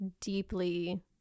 deeply